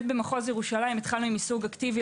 לגבי מחוז ירושלים התחלנו עם מישוג אקטיבי